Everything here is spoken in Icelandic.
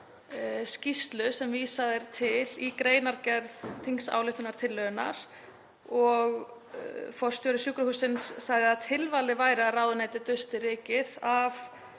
skýrslu sem vísað er til í greinargerð þingsályktunartillögunnar og forstjóri sjúkrahússins sagði að tilvalið væri að ráðuneyti dustaði rykið af